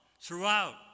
throughout